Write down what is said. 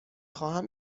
خواهم